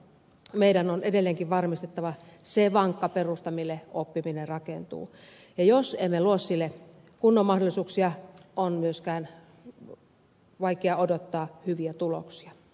meidän on edelleenkin varmistettava se vankka perusta mille oppiminen rakentuu ja jos emme luo sille kunnon mahdollisuuksia on myöskin vaikea odottaa hyviä tuloksia